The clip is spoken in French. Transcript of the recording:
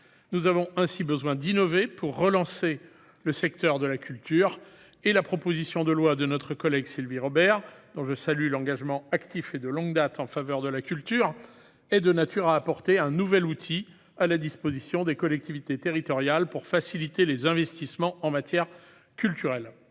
Nous avons donc besoin d'innover pour relancer le secteur. La proposition de loi de notre collègue Sylvie Robert, dont je salue l'engagement actif et de longue date en faveur de la culture, est de nature à apporter un nouvel outil aux collectivités territoriales pour faciliter les investissements en la matière.